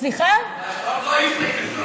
בסוף לא יהיו שתי גרסאות.